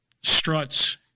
struts